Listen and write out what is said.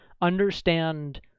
understand